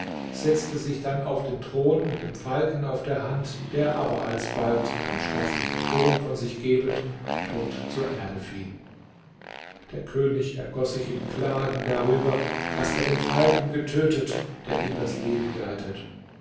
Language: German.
setzte sich dann auf den thron mit dem falken auf der hand der aber alsbald einen schmerzlichen ton von sich gebend tot zur erde fiel der könig ergoß sich in klagen darüber daß er den falken getötet der ihm das leben gerettet